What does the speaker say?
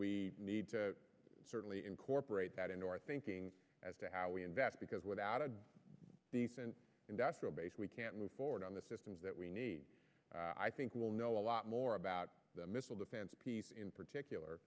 we need to certainly incorporate that into our thinking as to how we invest because without a decent industrial base we can't move forward on the systems that we need i think we'll know a lot more about the missile defense piece in particular